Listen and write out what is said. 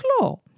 law